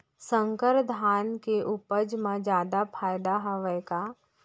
संकर धान के उपज मा जादा फायदा हवय का?